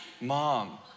mom